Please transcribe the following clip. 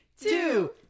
Two